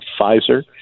Pfizer